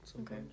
okay